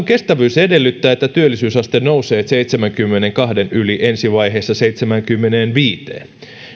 kestävyys edellyttää että työllisyysaste nousee seitsemänkymmenenkahden yli ensi vaiheessa seitsemäänkymmeneenviiteen